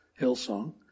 Hillsong